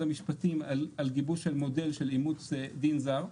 המשפטים על גיבוש של מודל של אימוץ דין זר,